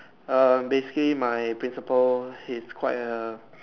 err basically my principal he is quite a